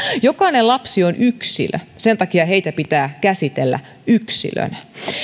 jokainen lapsi on yksilö sen takia heitä pitää käsitellä yksilöinä